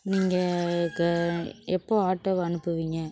நீங்கள் இதை எப்போது ஆட்டோவை அனுப்புவீங்கள்